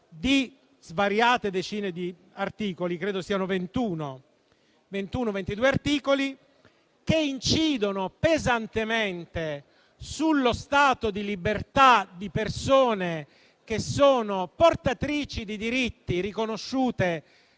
di svariate decine di articoli - credo siano ventuno o ventidue articoli - che incidono pesantemente sullo stato di libertà di persone che sono portatrici di diritti riconosciuti